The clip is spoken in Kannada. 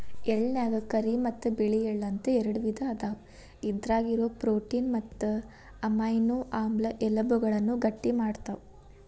ಎಳ್ಳನ್ಯಾಗ ಕರಿ ಮತ್ತ್ ಬಿಳಿ ಎಳ್ಳ ಅಂತ ಎರಡು ವಿಧ ಅದಾವ, ಇದ್ರಾಗಿರೋ ಪ್ರೋಟೇನ್ ಮತ್ತು ಅಮೈನೋ ಆಮ್ಲ ಎಲಬುಗಳನ್ನ ಗಟ್ಟಿಮಾಡ್ತಾವ